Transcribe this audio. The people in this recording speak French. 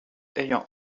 ayant